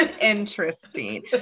interesting